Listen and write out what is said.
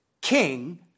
king